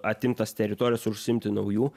atimtas teritorijas ir užsiimti naujų